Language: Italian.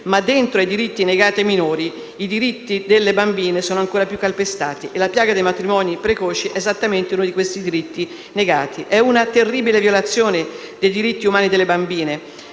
Ma all'interno di diritti negati ai minori, i diritti delle bambine sono ancora più calpestati e la piaga dei matrimoni precoci è esattamente uno di questi diritti negati. Si tratta di una terribile violazione dei diritti umani delle bambine;